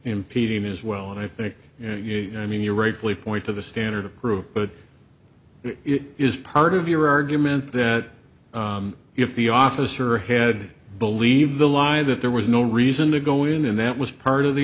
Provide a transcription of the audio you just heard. impeding as well and i think you know i mean you're a fully point to the standard of proof but it is part of your argument that if the officer headed believe the line that there was no reason to go in and that was part of the